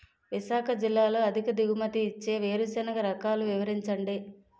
విశాఖ జిల్లాలో అధిక దిగుమతి ఇచ్చే వేరుసెనగ రకాలు వివరించండి?